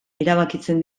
erabakitzen